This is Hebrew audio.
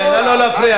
מה תרמת?